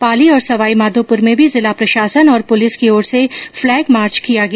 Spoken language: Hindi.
पाली और सवाईमाधोपुर में भी जिला प्रशासन और पुलिस की ओर से फ्लेग मार्च किया गया